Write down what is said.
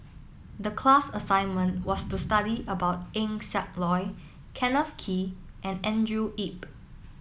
the class assignment was to study about Eng Siak Loy Kenneth Kee and Andrew Yip